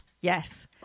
Yes